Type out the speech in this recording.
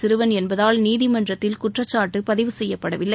சிறுவன் என்பதால் நீதிமன்றத்தில் குற்றச்சாட்டு பதிவு செய்யப்படவில்லை